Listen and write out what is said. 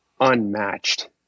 unmatched